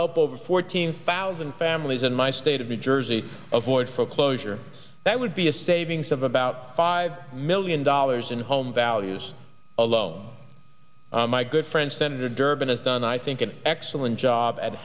help over fourteen thousand families in my state of new jersey of void for closure that would be a savings of about five million dollars in home values alone my good friend senator durbin has done i think an excellent